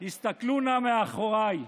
הסתכלו נא מאחוריי,